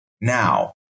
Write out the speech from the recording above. Now